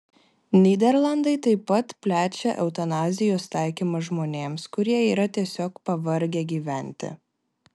nyderlandai taip pat plečia eutanazijos taikymą žmonėms kurie yra tiesiog pavargę gyventi